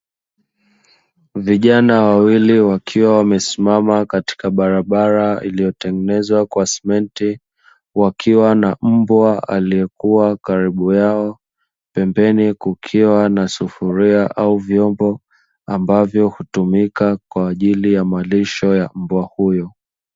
Vijana wawili wakiwa wamesimama katika barabara iliyotengenezwa kwa simenti, wakiwa na mbwa aliyekuwa karibu yao; pembeni kukiwa na sufuria au vyombo ambavyo hutumika kwa ajili ya malisho ya mbwa huyo.